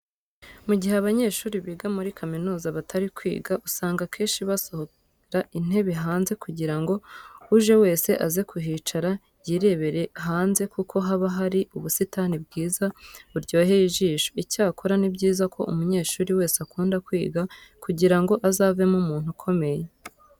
Mu gihe abanyeshuri biga muri kaminuza batari kwiga usanga akenshi basohora intebe hanze kugira ngo uje wese aze kuhicara yirebera hanze kuko haba hari ubusitani bwiza buryoheye ijisho. Icyakora ni byiza ko umunyeshuri wese akunda kwiga kugira ngo azavemo umuntu ukomeye.